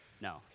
no